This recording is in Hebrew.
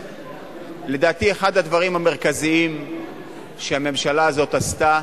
לדעתי, אחד הדברים המרכזיים שהממשלה הזאת עשתה,